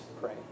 pray